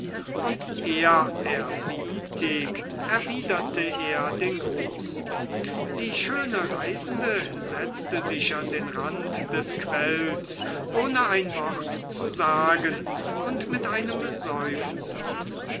und ehrerbietig erwiderte er den gruß die schöne reisende setzte sich an den rand des quells ohne ein wort zu sagen und mit einem seufzer